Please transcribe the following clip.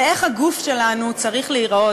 איך הגוף שלנו צריך להיראות.